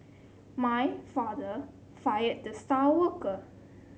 my father fired the star worker